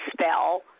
spell